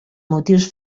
motius